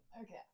okay